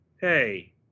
hey